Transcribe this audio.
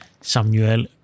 Samuel